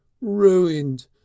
ruined